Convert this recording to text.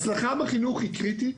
הצלחה בחינוך היא קריטית.